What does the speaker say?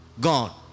gone